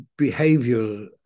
behavioral